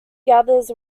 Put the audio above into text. gathers